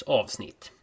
avsnitt